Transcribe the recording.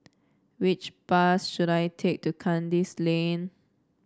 which bus should I take to Kandis Lane